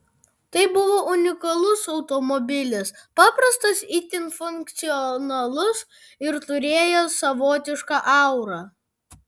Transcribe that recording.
tai buvo unikalus automobilis paprastas itin funkcionalus ir turėjęs savotišką aurą